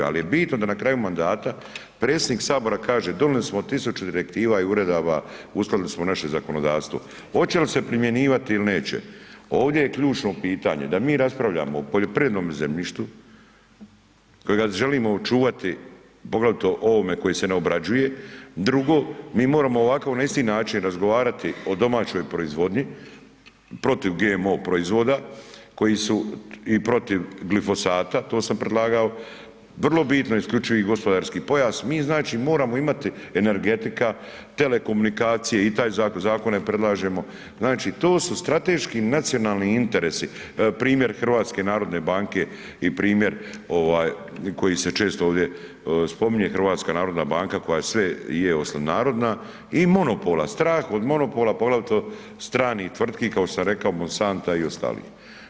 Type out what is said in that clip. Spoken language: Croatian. Ali je bitno da na kraju mandata predsjednik sabora kaže donijeli smo 1000 direktiva i uredaba, uskladili smo naše zakonodavstvo, hoće li se primjenjivati ili neće, ovdje je ključno pitanje da mi raspravljamo o poljoprivrednom zemljištu kojega želimo očuvati, poglavito ovome koje se ne obrađuje, drugo mi, moramo ovako na isti način razgovarati o domaćoj proizvodnji protiv GMO proizvoda, koji su, i protiv glifosata, to sam predlagao, vrlo bitno isključivi gospodarski pojas, mi znači moramo imati, energetika, telekomunikacije i taj, te zakone predlažemo, znači to su strateški nacionalni interesi, primjer Hrvatske narodne banke i primjer ovaj koji se često ovdje spominje, Hrvatska narodna banka koja je sve, je sve osim narodna i monopola, strah od monopola poglavito stranih tvrtki kao što sam rekao Monsanta i ostalih.